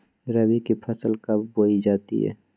रबी की फसल कब बोई जाती है?